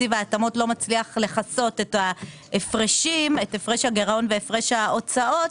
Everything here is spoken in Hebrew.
ותקציב ההתאמות לא מצליח לכסות את הפרש הגירעון והפרש ההוצאות,